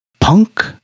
Punk